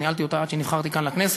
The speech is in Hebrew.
ניהלתי אותה עד שנבחרתי לכנסת,